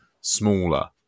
smaller